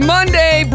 Monday